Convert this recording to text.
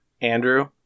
Andrew